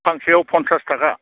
फांसेयाव फनसास थाखा